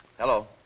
hello.